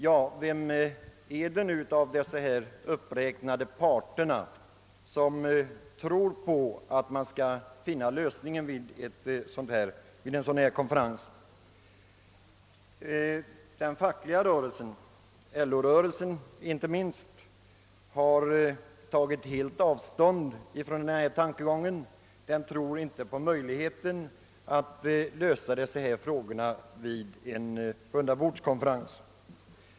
Ja, vilka av dessa parter är det nu egentligen som tror på att man skulle kunna finna några lösningar vid en sådan konferens? Den fackliga rörelsen, inte minst LO, har helt tagit avstånd från denna tankegång. Man tror inte på möjligheten att lösa dessa frågor vid en rundabordskonferens.